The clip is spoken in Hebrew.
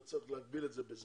צריך להגביל את זה בזמן.